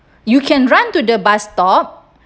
you can run to the bus stop